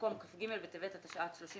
במקום "כ"ג בטבת התשע"ט (31